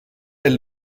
elle